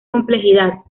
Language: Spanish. complejidad